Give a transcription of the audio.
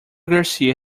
garcia